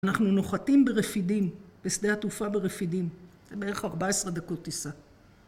אנחנו נוחתים ברפידים, בשדה התעופה ברפידים, זה בערך 14 דקות טיסה.